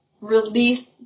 release